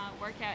workout